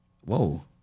Whoa